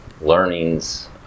learnings